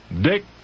Dick